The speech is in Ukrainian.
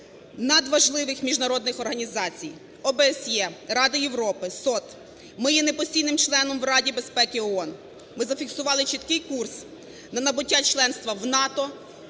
над важливих міжнародних організацій: ОБСЄ, Ради Європи, СОТ. Ми є непостійним членом в Раді безпеки ООН, ми зафіксували чіткий курс на набуття членства в НАТО